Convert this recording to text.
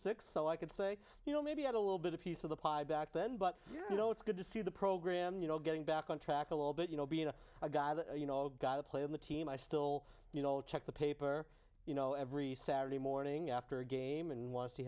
six so i could say you know maybe had a little bit a piece of the pie back then but you know it's good to see the program you know getting back on track a little bit you know being a guy that you know got to play in the team i still you know check the paper you know every saturday morning after a game and want to see